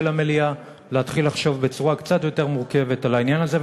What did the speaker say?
המליאה להתחיל לחשוב בצורה קצת יותר מורכבת על העניין הזה,